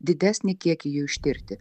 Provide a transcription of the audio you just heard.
didesnį kiekį jų ištirti